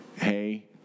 hey